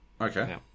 Okay